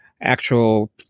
actual